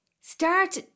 start